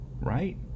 right